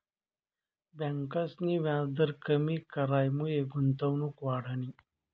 ब्यांकसनी व्याजदर कमी करामुये गुंतवणूक वाढनी